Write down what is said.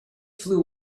flew